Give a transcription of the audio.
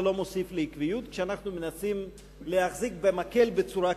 זה לא מוסיף לעקביות כשאנחנו מנסים להחזיק במקל בצורה כזאת.